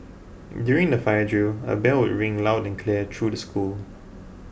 during the fire drill a bell would ring loud and clear through the school